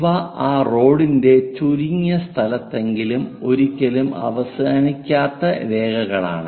ഇവ ആ റോഡിന്റെ ചുരുങ്ങിയ സ്ഥലത്തെങ്കിലും ഒരിക്കലും അവസാനിക്കാത്ത രേഖകളാണ്